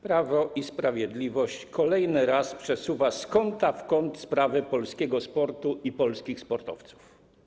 Prawo i Sprawiedliwość kolejny raz przesuwa z kąta w kąt sprawy polskiego sportu i polskich sportowców.